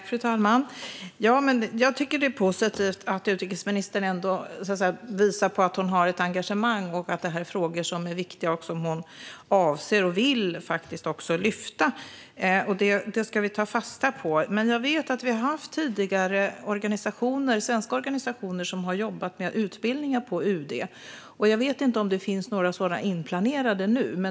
Fru talman! Det är positivt att utrikesministern visar att hon har ett engagemang och att det här är viktiga frågor som hon vill och avser att lyfta fram. Det ska vi ta fasta på. Tidigare har svenska organisationer jobbat med utbildningar på UD, men jag vet inte om det finns något sådant inplanerat nu.